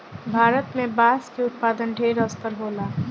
भारत में बांस के उत्पादन ढेर स्तर होला